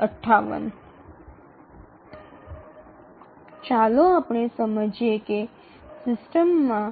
আমরা দেখবো যে কেন একটি সিস্টেমে